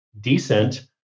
decent